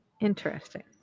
Interesting